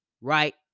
right